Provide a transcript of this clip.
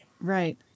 Right